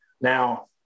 Now